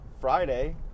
Friday